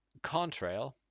Contrail